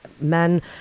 men